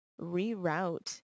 reroute